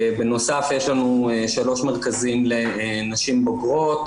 בנוסף, יש לנו שלוש מרכזים לנשים בוגרות